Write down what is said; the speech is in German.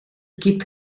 gibt